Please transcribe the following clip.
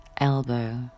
elbow